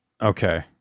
okay